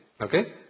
Okay